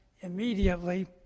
immediately